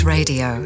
Radio